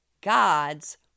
gods